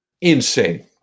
insane